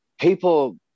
people